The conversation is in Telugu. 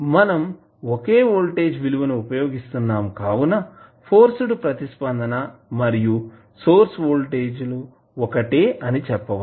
మనం ఒకే వోల్టేజ్ విలువని ఉపయోగిస్తున్నాం కావున ఫోర్స్డ్ ప్రతిస్పందన మరియు సోర్స్ వోల్టేజ్ ఒకటే అని చెప్పవచ్చు